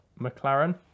mclaren